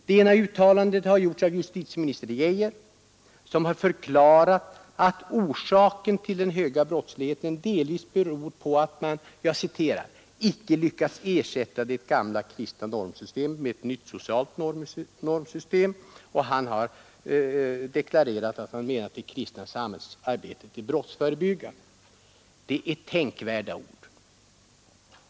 Det ena gjordes av justitieminister Geijer, som förklarat att den höga brottsligheten delvis beror på att man ”icke lyckats ersätta det gamla kristna normsystemet med ett nytt socialt normsystem”. Han har deklarerat att det kristna samhällsarbetet är brottsförebyggande. Det är tänkvärda ord.